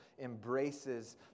embraces